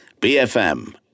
BFM